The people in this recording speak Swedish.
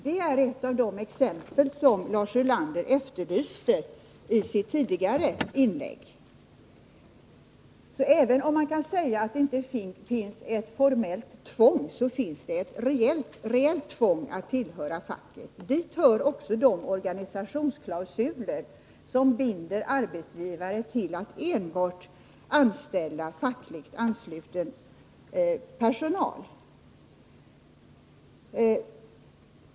Det är ett av de exempel som Lars Ulander efterlyste i sitt tidigare inlägg. Även om man kan säga att det inte finns ett formellt tvång finns det ett reellt tvång att tillhöra facket. Dit hör också de organisationsklausuler som binder arbetsgivare att enbart anställa fackligt ansluten personal.